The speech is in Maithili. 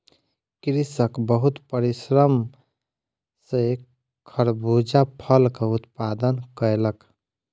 कृषक बहुत परिश्रम सॅ खरबूजा फलक उत्पादन कयलक